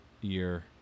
year